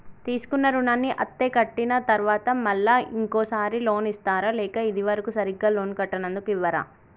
తీసుకున్న రుణాన్ని అత్తే కట్టిన తరువాత మళ్ళా ఇంకో సారి లోన్ ఇస్తారా లేక ఇది వరకు సరిగ్గా లోన్ కట్టనందుకు ఇవ్వరా?